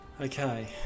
Okay